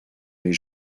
mes